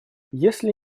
если